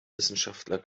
wissenschaftler